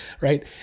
Right